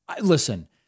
listen